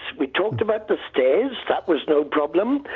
we talked about the stairs, that was no problem,